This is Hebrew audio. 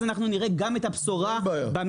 אז אנחנו נראה גם את הבשורה במחירים.